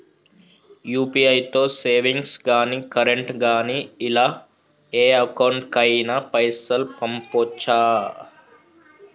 UPI తో savings గాని current గాని ఇలా ఏ అకౌంట్ కైనా పైసల్ పంపొచ్చా?